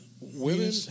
Women